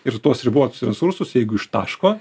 ir tuos ribotus resursus jeigu ištaško